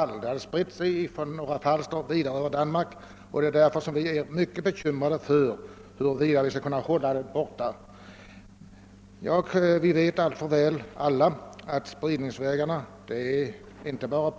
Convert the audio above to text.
Päronpesten har sedan spritt sig från norra Falster till det övriga Danmark, och vi är därför mycket bekymrade inför frågan hur vi skall kunna hålla den utanför vårt land. Vi vet alltför väl att spridningsvägarna inte bara går